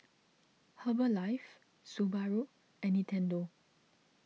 Herbalife Subaru and Nintendo